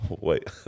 Wait